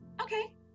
Okay